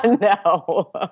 No